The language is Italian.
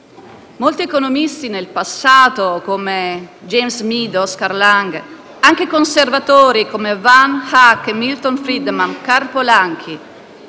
molti economisti del passato come James Meade, Oskar Lange, anche conservatori come von Hayek, Milton Friedman e Karl Polanyi